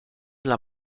dla